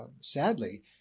sadly